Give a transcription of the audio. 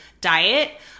diet